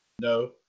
No